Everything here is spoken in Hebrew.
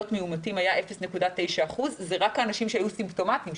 מאומתים היה 0.9% זה רק האנשים שהיו סימפטומטיים,